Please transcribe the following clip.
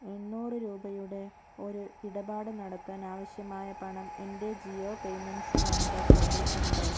എണ്ണൂറ് രൂപയുടെ ഒരു ഇടപാട് നടത്താൻ ആവശ്യമായ പണം എൻ്റെ ജിയോ പേയ്മെൻറ്റ്സ് ബാങ്ക് അക്കൗണ്ടിൽ ഉണ്ടോ